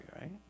right